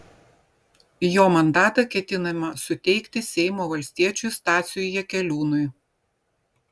jo mandatą ketinama suteikti seimo valstiečiui stasiui jakeliūnui